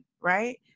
right